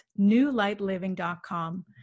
newlightliving.com